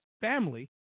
family